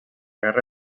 guerra